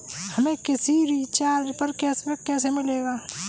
हमें किसी रिचार्ज पर कैशबैक कैसे मिलेगा?